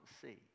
see